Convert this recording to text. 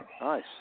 Nice